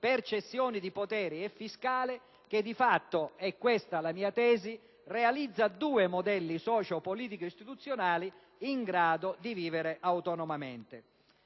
per cessione di poteri e fiscale, che di fatto - è questa la mia tesi - realizza due modelli socio-politico-istituzionali in grado di vivere autonomamente.